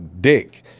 dick